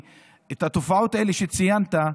התופעות שציינת,